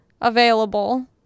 available